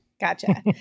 Gotcha